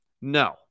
No